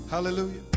hallelujah